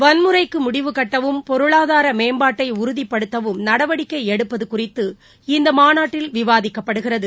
வன்முறைக்கு முடிவு கட்டவும் பொருளாதார மேம்பாட்டை உறுதிப்படுத்தவும் நடவடிக்கை எடுப்பது குறித்து இந்த மாநாட்டில் விவாதிக்கப்படுகிறது